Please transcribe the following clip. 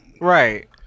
Right